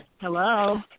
Hello